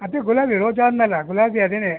ಅದೇ ಗುಲಾಬಿ ರೋಜಾ ಅಂದೆನಲ್ಲ ಗುಲಾಬಿ ಅದೆ